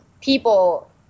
people